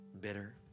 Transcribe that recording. bitter